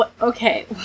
Okay